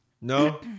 No